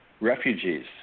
refugees